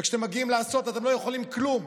וכשאתם מגיעים לעשות אתם לא יכולים כלום,